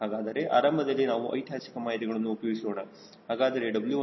ಹಾಗಾದರೆ ಆರಂಭದಲ್ಲಿ ನಾವು ಐತಿಹಾಸಿಕ ಮಾಹಿತಿಗಳನ್ನು ಉಪಯೋಗಿಸೋಣ